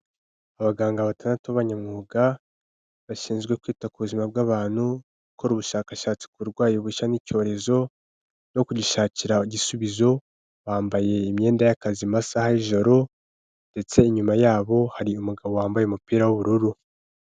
Abaganga batandatu babanyamwuga bashinzwe kwita ku buzima bw'abantu, gukora ubushakashatsi ku burwayi bushya n'icyorezo no kugishakira igisubizo, bambaye imyenda y'akazi mu masaha y'ijoro, ndetse nyuma yabo hari umugabo wambaye umupira w'ubururu.